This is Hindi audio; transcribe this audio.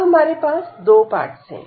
अब हमारे पास 2 पार्ट्स है